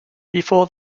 before